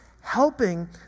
Helping